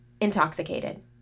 intoxicated